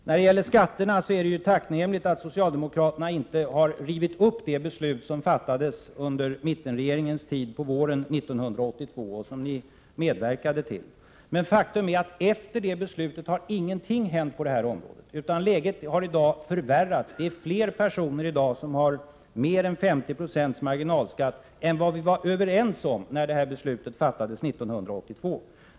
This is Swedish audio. När det gäller skatterna är det ju tacknämligt att socialdemokraterna inte har rivit upp det beslut som fattades under mittenregeringens tid våren 1982 och som ni medverkade till. Faktum är att efter det beslutet har ingenting hänt på detta område, utan läget har i dag förvärrats. Det är fler personer i dag som har mer än 50 20 marginalskatt än vad vi var överens om när beslutet fattades 1982.